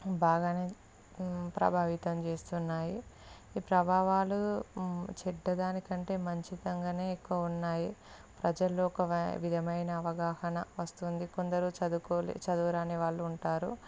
బాగా ప్రభావితం చేస్తున్నాయి ఈ ప్రభావాలు చెడ్డ దాని కంటే మంచితనంగా ఎక్కువగా ఉన్నాయి ప్రజలలో ఒక విధమైన అవగాహన వస్తుంది కొందరు చదువుకోని చదువురాని వాళ్ళు ఉంటారు